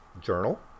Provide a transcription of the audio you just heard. journal